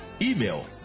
Email